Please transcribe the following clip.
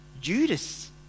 Judas